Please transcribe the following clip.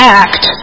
act